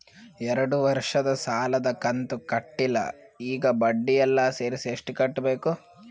ಎರಡು ವರ್ಷದ ಸಾಲದ ಕಂತು ಕಟ್ಟಿಲ ಈಗ ಬಡ್ಡಿ ಎಲ್ಲಾ ಸೇರಿಸಿ ಎಷ್ಟ ಕಟ್ಟಬೇಕು?